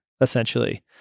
essentially